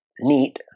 neat